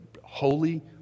Holy